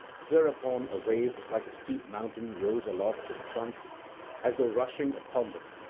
hereupon a wave like a steep mountain rose aloft in front as though rushing upon them,